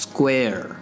Square